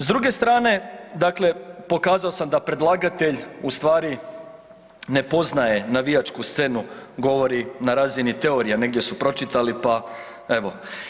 S druge strane, dakle pokazao sam da predlagatelj ustvari ne poznaje navijačku scenu, govori na razini teorija, negdje su pročitali, pa evo.